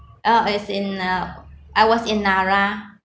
oh it's in uh I was in nara